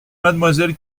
mademoiselle